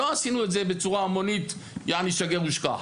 לא עשינו את זה בצורה המונית, "שגר ושכח".